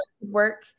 work